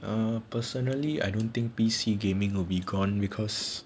err personally I don't think P_C gaming will be gone because